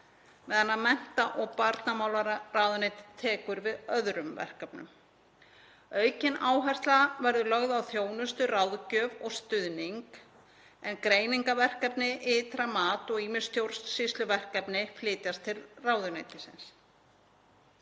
en mennta- og barnamálaráðuneytið við öðrum verkefnum. Aukin áhersla verður lögð á þjónustu, ráðgjöf og stuðning en greiningarverkefni, ytra mat og ýmis stjórnsýsluverkefni flytjast til ráðuneytisins.